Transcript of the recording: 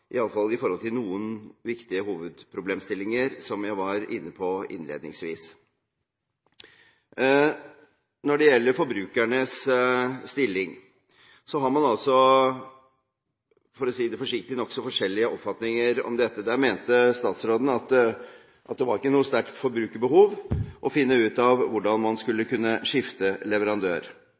i iallfall noen viktige hovedproblemstillinger, som jeg var inne på innledningsvis. Når det gjelder forbrukernes stilling, har man altså – for å si det forsiktig – nokså forskjellige oppfatninger om dette. Der mente statsråden at det ikke var noe sterkt forbrukerbehov for å finne ut av hvordan man skulle kunne skifte leverandør.